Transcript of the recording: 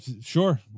sure